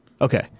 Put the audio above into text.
Okay